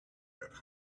get